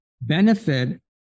benefit